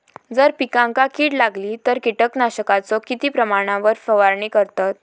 जर पिकांका कीड लागली तर कीटकनाशकाचो किती प्रमाणावर फवारणी करतत?